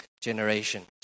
generation